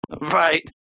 Right